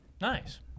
Nice